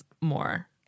more